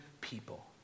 people